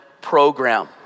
program